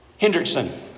Hendrickson